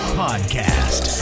podcast